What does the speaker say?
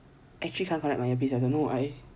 actually I can't connect my earpiece I don't know why